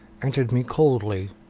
answered me coldly,